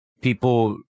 people